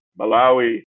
Malawi